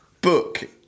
book